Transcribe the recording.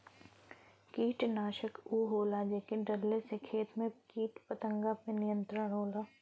कीटनाशक उ होला जेके डलले से खेत में कीट पतंगा पे नियंत्रण होला